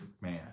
man